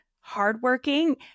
hardworking